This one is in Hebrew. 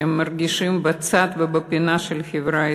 שהם מרגישים בצד ובפינה של החברה הישראלית.